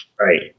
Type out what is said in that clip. Right